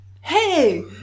hey